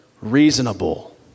reasonable